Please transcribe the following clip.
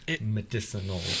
medicinal